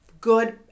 good